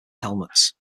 helmets